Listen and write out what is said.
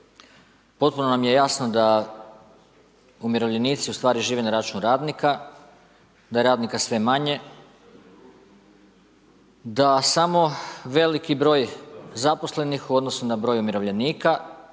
Potpuno nam je jasno da umirovljenici ustvari žive na račun radnika, da je radnika sve manje, da samo veliki broj zaposlenih u odnosu na broj umirovljenika